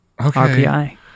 RPI